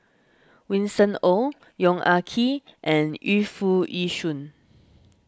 Winston Oh Yong Ah Kee and Yu Foo Yee Shoon